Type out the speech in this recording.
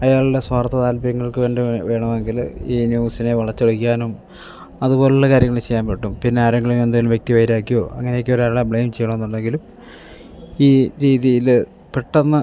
അയാളുടെ സ്വാർത്ഥ താല്പര്യങ്ങൾക്കുവേണ്ടി വേണമെങ്കിൽ ഈ ന്യൂസിനെ വളച്ചൊടിക്കാനും അതുപോലെയുള്ള കാര്യങ്ങൾ ചെയ്യാൻ പറ്റും പിന്നെ ആരെങ്കിലും എന്തെങ്കിലും വ്യക്തിവൈരാഗ്യമോ അങ്ങനെയൊക്കെ ഒരാളെ ബ്ലെയിം ചെയ്യണമെന്നുണ്ടെങ്കിലും ഈ രീതിയിൽ പെട്ടെന്ന്